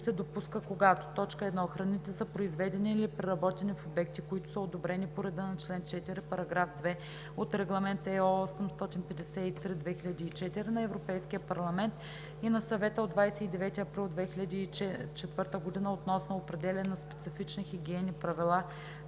се допуска, когато: 1. храните са произведени или преработени в обекти, които са одобрени по реда на чл. 4, параграф 2 от Регламент (ЕО) № 853/2004 на Европейския парламент и на Съвета от 29 април 2004 г. относно определяне на специфични хигиенни правила